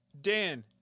Dan